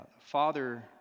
father